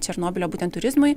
černobylio būtent turizmui